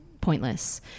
pointless